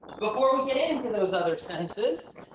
before we get into those other senses,